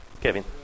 Kevin